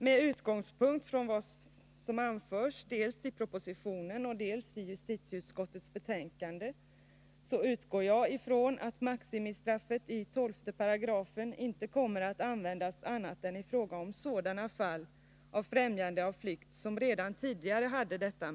Med utgångspunkt i vad som anförs dels i propositionen, dels i justitieutskottets betänkande, räknar jag med att maximistraffet i 12 § inte kommer att användas annat än i sådana fall av främjande av flykt för vilka detta straff redan tidigare gällde.